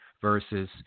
versus